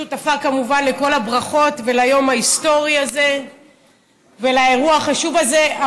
אני שותפה כמובן לכל הברכות ביום ההיסטורי הזה ובאירוע החשוב הזה.